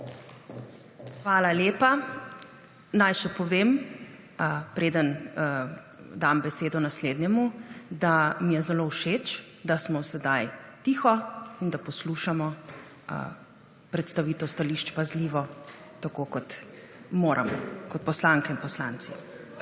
Hvala lepa. Naj še povem, predem dam besedo naslednjemu, da mi je zelo všeč, da smo sedaj tiho in da poslušamo predstavitev stališč pazljivo, tako kot moramo kot poslanke in poslanci.